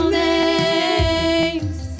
names